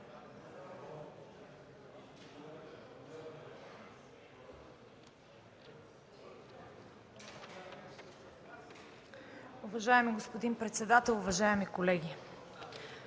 Уважаеми господин председател, уважаеми колеги!